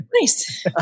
Nice